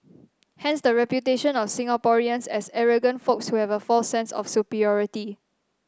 hence the reputation of Singaporeans as arrogant folks who have a false sense of superiority